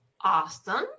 Awesome